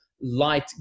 light